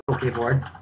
keyboard